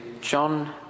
John